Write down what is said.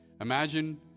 Imagine